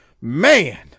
man